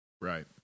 Right